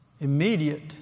Immediate